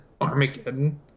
Armageddon